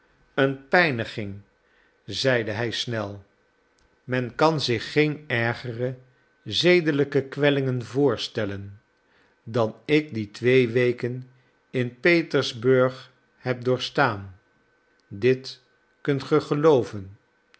een pijniging zeide hij snel men kan zich geen ergere zedelijke kwellingen voorstellen dan ik die twee weken in petersburg heb doorgestaan dit kunt ge gelooven